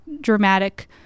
dramatic